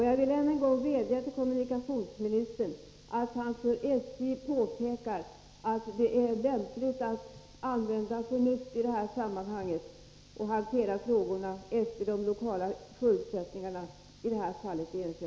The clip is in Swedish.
Jag vill än en gång vädja till kommunikationsministern att han för SJ påpekar att det är lämpligt att använda förnuftet i det här sammanhanget och hantera frågorna efter de lokala förutsättningarna, i det här fallet i Enköping.